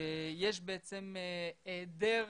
ויש היעדר